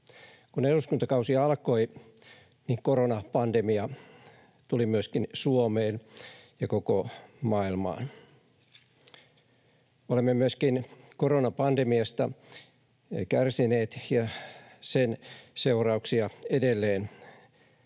Kun eduskuntakausi alkoi, niin koronapandemia tuli myöskin Suomeen ja koko maailmaan. Olemme myöskin koronapandemiasta kärsineet, ja sen seurauksia edelleen